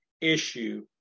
issue